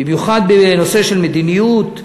במיוחד בנושא של מדיניות,